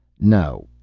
no,